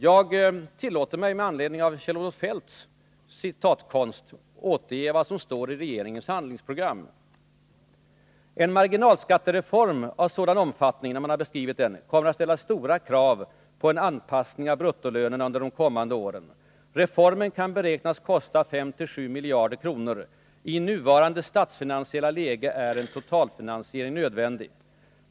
Jag tillåter mig, med anledning av Kjell-Olof Feldts citatkonst, att återge vad som står i regeringens handlingsprogram: ”En marginalskattereform av sådan omfattning kommer att ställa krav på en anpassning av bruttolönerna under de kommande åren. Reformen kan beräknas kosta 5-7 miljarder kr. I nuvarande statsfinansiella läge är en totalfinansiering nödvändig.